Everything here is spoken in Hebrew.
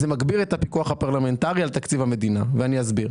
זה מגביר את הפיקוח הפרלמנטרי על תקציב המדינה ואני אסביר.